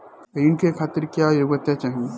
ऋण के खातिर क्या योग्यता चाहीं?